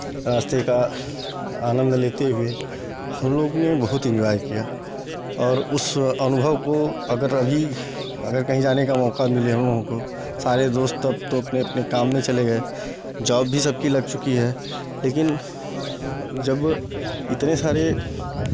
रास्ते का आनन्द लेते हुए हमलोगों ने बहुत इंज्वाय किया और उस अनुभव को अगर अभी अगर कहीं जाने का मौका मिले हमलोगों को सारे दोस्त तब तो अपने अपने काम में चले गए जॉब भी सबकी लग चुकी है लेकिन जब इतने सारे